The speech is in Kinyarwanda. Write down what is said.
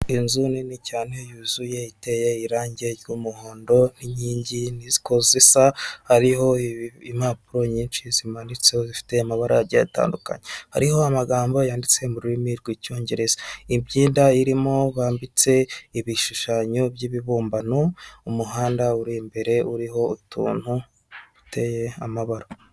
Inzu nini cyane yuzuye iteye irangi ry'umuhondo inkingi nini zisa hariho impapuro nyinshi zimanitseho zifite amabara agiye atandukanye hari amagambo yanditse mu rurimi rw'icyongereza imyenda irimo bambitse ibishushanyo by'ibibumbano umuhanda uri imbere uriho utuntu duteye amabara.